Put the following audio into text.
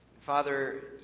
Father